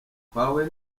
twahuye